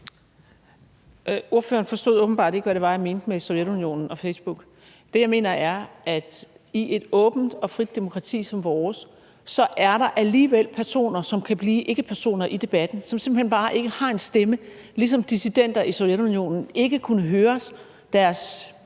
Ordføreren forstod åbenbart ikke, hvad det var, jeg mente med Sovjetunionen og Facebook. Det, jeg mener, er, at i et åbent og frit demokrati som vores, er der alligevel personer, som – ikke personer i debatten – ikke har en stemme, ligesom dissidenter i Sovjetunionen ikke kunne høres. Deres